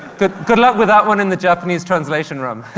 good good luck with that one in the japanese translation room.